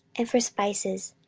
and for spices,